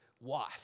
wife